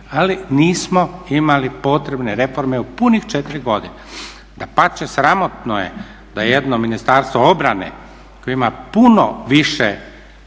ali nismo imali potrebne reforme u punih 4 godine. Dapače, sramotno je da jedno Ministarstvo obrane koje ima puno više